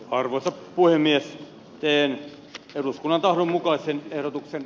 arvoisa puhemies eero eduskunnan tahdon mukaisen ehdotuksen